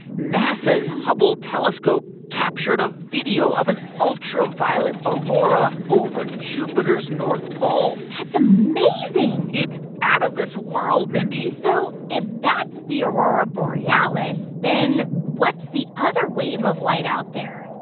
nasa's hubble telescope captured a video of an ultraviolet aurora over jupiter's north pole that's amazing it's out of this world, mindy so if that's the aurora borealis, then what's the other wave of light out there?